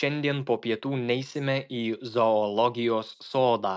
šiandien po pietų neisime į zoologijos sodą